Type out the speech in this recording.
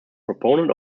proponent